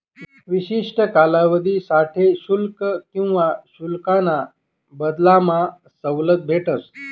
विशिष्ठ कालावधीसाठे शुल्क किवा शुल्काना बदलामा सवलत भेटस